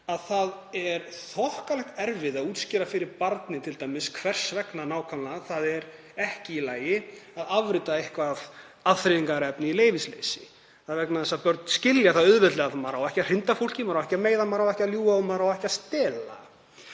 að það er þokkalegt erfiði að útskýra fyrir barni t.d. hvers vegna nákvæmlega það er ekki í lagi að afrita eitthvert afþreyingarefni í leyfisleysi. Það er vegna þess að börn skilja auðveldlega að maður á ekki að hrinda fólki, ekki að meiða, ekki að ljúga og ekki að stela.